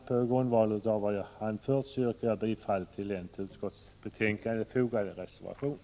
På grundval av vad jag har anfört yrkar jag bifall till den vid utskottsbetänkandet fogade reservationen.